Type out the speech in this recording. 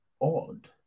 odd